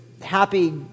happy